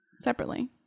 separately